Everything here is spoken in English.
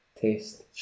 taste